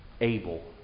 able